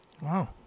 Wow